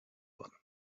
one